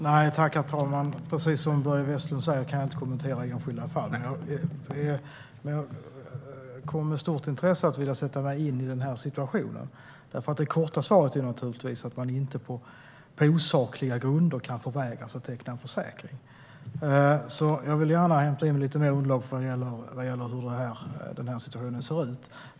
Herr talman! Precis som Börje Vestlund säger kan jag inte kommentera enskilda fall. Jag kommer att med stort intresse vilja sätta mig in i situationen. Det korta svaret är naturligtvis att man inte på osakliga grunder kan förvägras att teckna en försäkring. Jag vill gärna hämta in lite mer underlag vad gäller hur den här situationen ser ut.